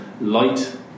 Light